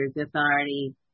authority